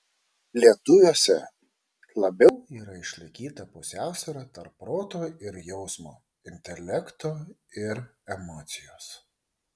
lietuviuose labiau yra išlaikyta pusiausvyra tarp proto ir jausmo intelekto ir emocijos